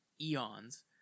eons